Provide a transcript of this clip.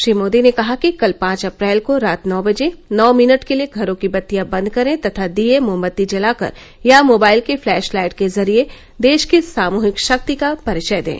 श्री मोदी ने कहा कि कल पांच अप्रैल को रात नौ बजे नौ मिनट के लिए घरों की बत्तियां बंद करें तथा दीये मोमबत्ती जलाकर या मोबाइल की फ्लैश लाइट के जरिए देश की सामूहिक शक्ति का परिचय दें